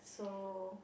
so